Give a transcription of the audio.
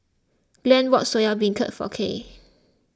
Glen bought Soya Beancurd for Kyleigh